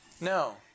No